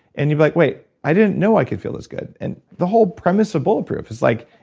and you're like, wait, i didn't know i could feel this good. and the whole premise of bulletproof is like,